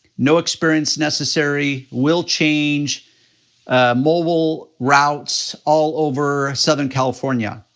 no experience necessary, will change mobile routes all over southern california.